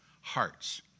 hearts